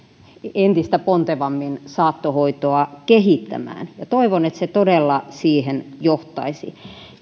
entistä pontevammin saattohoitoa kehittämään ja toivon että se todella siihen johtaisi